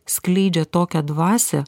skleidžia tokią dvasią